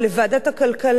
לוועדת הכלכלה,